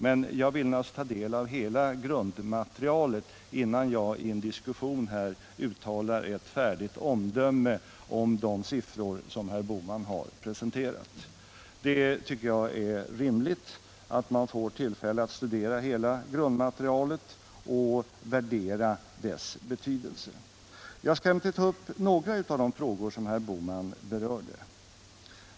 Men jag vill naturligtvis ta del av hela grundmaterialet innan jag i en diskussion uttalar ett färdigt omdöme om de siffror som herr Bohman har presenterat. Jag skall emellertid ta upp några av de frågor som herr Bohman berörde.